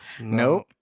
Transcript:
Nope